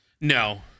no